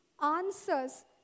answers